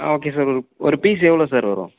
ஆ okay sir ஒரு ஒரு piece எவ்வளோ சார் வரும்